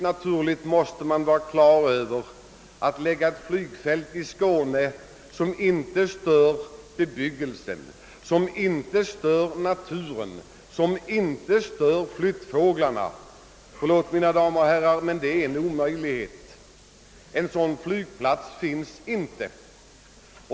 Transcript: Att förlägga ett flygfält till Skåne som inte stör bebyggelsen, som inte stör naturen och som inte stör flyttfåglarna — förlåt mina damer och herrar, men det är en omöjlighet. En sådan plats finns inte.